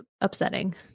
upsetting